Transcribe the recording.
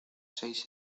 seis